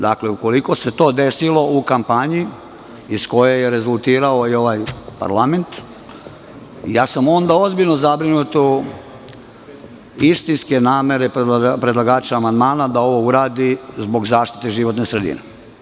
Dakle, ukoliko se to desilo u kampanji iz koje je rezultirao i ovaj parlament, ja sam onda ozbiljno zabrinut u istinske namere predlagača amandmana, da ovo uradi zbog zaštite životne sredine.